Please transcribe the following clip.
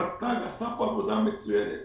רת"ג עשה פה עבודה מצוינת.